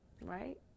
right